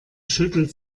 schüttelt